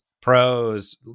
pros